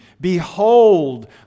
Behold